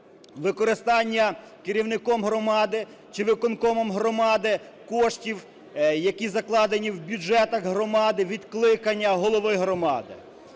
використання керівником громади чи виконкомом громади коштів, які закладені в бюджетах громади, відкликання голови громади.